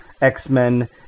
x-men